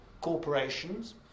corporations